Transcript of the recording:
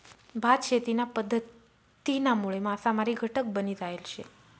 भात शेतीना पध्दतीनामुळे मासामारी घटक बनी जायल शे